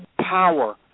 power